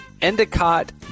Endicott